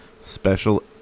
special